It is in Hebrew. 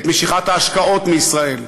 את משיכת ההשקעות מישראל,